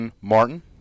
Martin